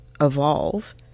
evolve